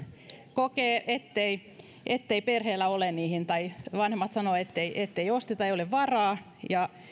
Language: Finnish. kokevat ettei ettei perheellä ole niihin varaa tai vanhemmat sanovat ettei ettei osteta ei ole varaa ja